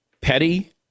petty